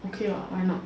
okay ah why not